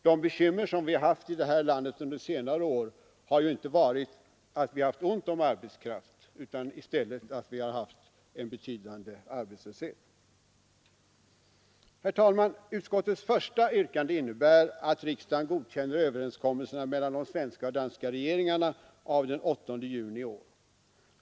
De bekymmer som vi har haft i det här landet under senare år har ju inte varit att vi haft ont om arbetskraft utan i stället att vi haft en betydande arbetslöshet. Herr talman! Utskottets första yrkande innebär att riksdagen godkänner överenskommelsen mellan de svenska och danska regeringarna av den 8 juni i år.